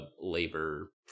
labor